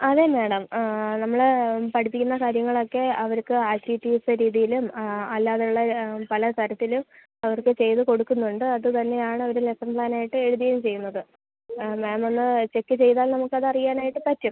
അത് മാഡം നമ്മൾ പഠിപ്പിക്കുന്ന കാര്യങ്ങളൊക്കെ അവർക്ക് ആക്റ്റിവിറ്റീസ് രീതിയിലും അല്ലാതെയുള്ള പല തരത്തിലും അവർക്ക് ചെയ്ത് കൊടുക്കുന്നുണ്ട് അത് തന്നെയാണവർ ലെസ്സൺ പ്ലാനായിട്ട് എഴുതുകയും ചെയ്യുന്നത് മാമൊന്ന് ചെക്ക് ചെയ്താൽ നമുക്കത് അറിയാനായിട്ട് പറ്റും